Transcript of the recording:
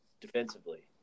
defensively